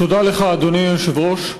תודה לך, אדוני היושב-ראש.